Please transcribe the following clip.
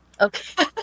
Okay